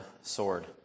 sword